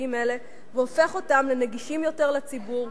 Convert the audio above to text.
לשירותים אלה והופך אותם לנגישים יותר לציבור,